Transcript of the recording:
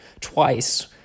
twice